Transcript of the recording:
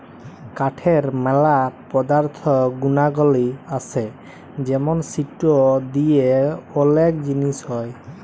কাঠের ম্যালা পদার্থ গুনাগলি আসে যেমন সিটো দিয়ে ওলেক জিলিস হ্যয়